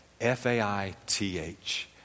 f-a-i-t-h